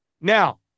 Now